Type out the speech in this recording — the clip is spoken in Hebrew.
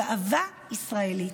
גאווה ישראלית.